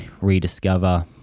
rediscover